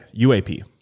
uap